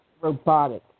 robotic